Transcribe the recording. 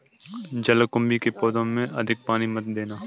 जलकुंभी के पौधों में अधिक पानी मत देना